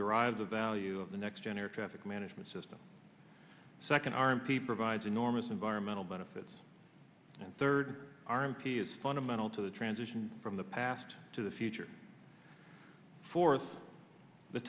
derive the value of the next gen traffic management system second r m p provides enormous environmental benefits and third arm p is fundamental to the transition from the past to the future for the